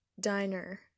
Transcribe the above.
diner